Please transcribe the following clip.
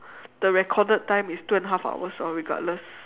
the recorded time is two and a half hours or regardless